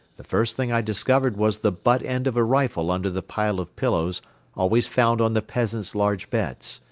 the first thing i discovered was the butt end of a rifle under the pile of pillows always found on the peasants' large beds.